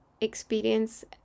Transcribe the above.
experience